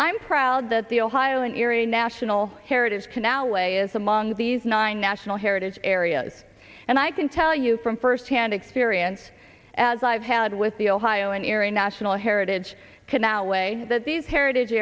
i'm proud that the ohio area national heritage canal way is among these nine national heritage areas and i can tell you from firsthand experience as i've had with the ohio area national heritage canal way that these heritage